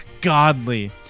godly